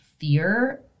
fear